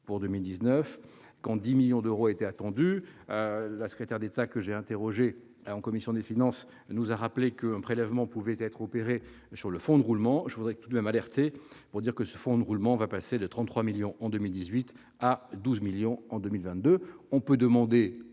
pour 2019, quand 10 millions d'euros étaient attendus. La secrétaire d'État, que j'ai interrogée en commission des finances, nous a rappelé qu'un prélèvement pouvait être opéré sur le fonds de roulement. Je voudrais tout de même alerter sur le fait que ce fonds de roulement va passer de 33 millions d'euros en 2018 à 12 millions en 2022. On peut demander